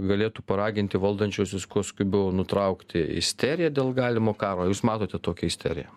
galėtų paraginti valdančiuosius kuo skubiau nutraukti isteriją dėl galimo karo jūs matote tokią isteriją